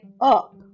up